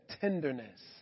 tenderness